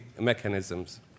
mechanisms